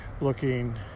looking